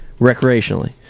recreationally